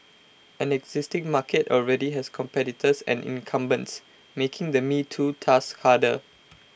an existing market already has competitors and incumbents making the me too task harder